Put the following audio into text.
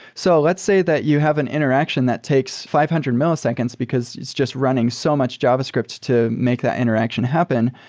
so let's say that you have an interaction that takes five hundred milliseconds because it's just running so much javascript to make that interaction happen.